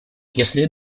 если